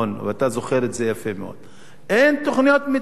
ואתה זוכר את זה יפה מאוד: אין תוכניות מיתאר.